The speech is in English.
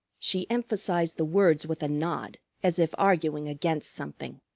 she emphasized the words with a nod as if arguing against something.